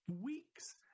weeks